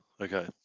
Okay